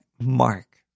mark